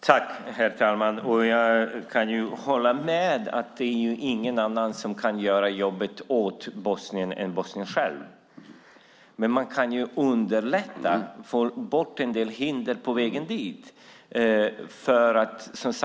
Herr talman! Jag kan hålla med om att det inte är någon annan som kan göra jobbet åt Bosnien än Bosnien självt, men man kan underlätta för landet genom att ta bort en del hinder på vägen.